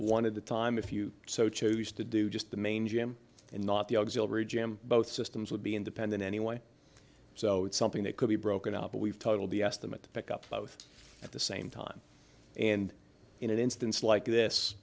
one of the time if you so choose to do just the main gym and not the auxiliary jam both systems would be independent anyway so it's something that could be broken up but we've total b s them at the pick up both at the same time and in an instance like this